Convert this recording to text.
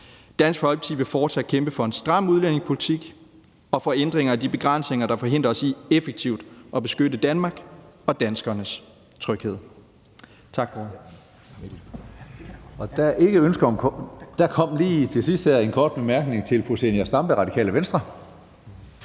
Dansk Folkeparti vil fortsat kæmpe for en stram udlændingepolitik og for ændring af de begrænsninger, der forhindrer os i effektivt at beskytte Danmark og sikre danskernes tryghed.